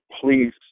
please